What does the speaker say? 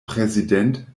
präsident